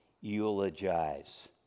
Eulogize